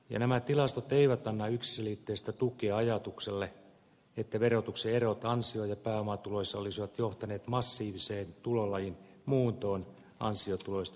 ja nämä tilastot eivät anna yksiselitteistä tukea ajatukselle että verotuksen erot ansio ja pääomatuloissa olisivat johtaneet massiiviseen tulolajin muuntoon ansiotuloista pääomatuloiksi